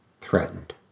threatened